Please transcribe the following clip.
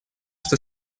что